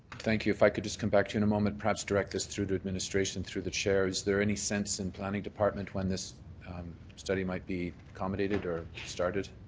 thank you. if i could just come back to you in a moment perhaps direct this through to administration through the chair, is there any sense in planning department when this study might be accommodated or started?